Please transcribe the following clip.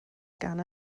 gan